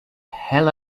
hell